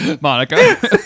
Monica